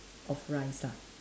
of rice lah